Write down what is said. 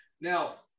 now